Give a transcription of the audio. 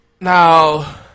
now